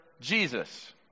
Jesus